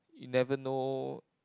you never know